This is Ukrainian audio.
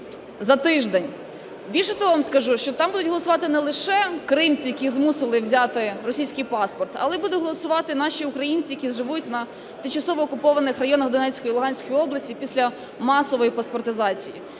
за тиждень. Більше того, вам скажу, що там будуть голосувати не лише кримці, яких змусили взяти російський паспорт, але будуть голосувати наші українці, які живуть у тимчасово окупованих районах Донецької, Луганської областей, після масової паспортизації.